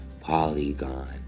Polygon